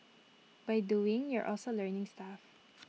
by doing you're also learning stuff